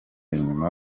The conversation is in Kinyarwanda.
inyuma